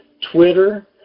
Twitter